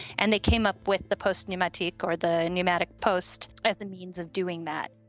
and they came up with the post pneumatique or the pneumatic post as a means of doing that.